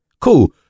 cool